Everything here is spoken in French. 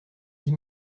dix